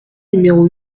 numéro